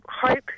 hope